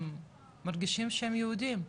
הם מרגישים שהם יהודים,